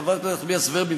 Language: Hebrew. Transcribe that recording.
חברת הכנסת נחמיאס ורבין,